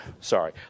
sorry